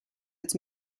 its